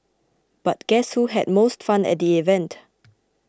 but guess who had the most fun at the event